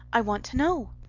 i want to know.